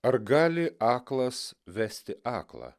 ar gali aklas vesti aklą